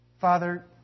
Father